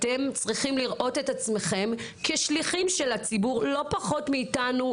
אתם צריכים לראות את עצמכם כשליחים של הציבור לא פחות מאתנו,